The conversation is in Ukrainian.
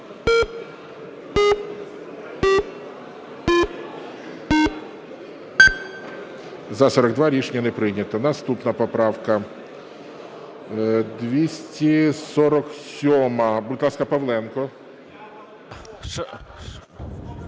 За-42 Рішення не прийнято. Наступна поправка 247. Будь ласка, Павленко.